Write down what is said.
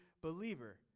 believer